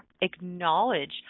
acknowledge